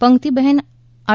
પંક્તિ બહેને આર